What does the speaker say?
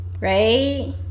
right